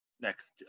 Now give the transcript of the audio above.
next